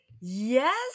yes